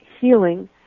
healing